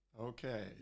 Okay